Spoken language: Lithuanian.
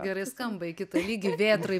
gerai skamba į kitą lygį vėtrai